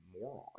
moron